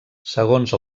segons